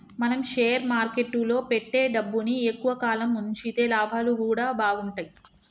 మనం షేర్ మార్కెట్టులో పెట్టే డబ్బుని ఎక్కువ కాలం వుంచితే లాభాలు గూడా బాగుంటయ్